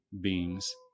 beings